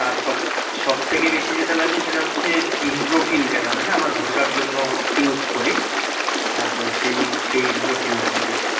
আর সব সব থেকে বেশি যেটা লাগবে সেটা হচ্ছে ইন্দ্রোফিল যেটা হয় না আমরা ধ্বসার জন্য ইউজ করি হ্যাঁ তো সেই সেই ইন্দ্রোফিল লাগবে আর কি